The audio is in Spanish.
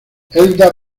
elda